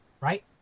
Right